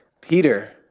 Peter